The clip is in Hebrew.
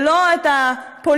ולא את הפוליטיקה,